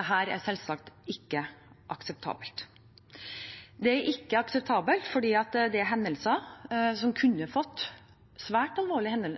er selvsagt ikke akseptabelt. Det er ikke akseptabelt fordi dette er hendelser som kunne fått svært alvorlige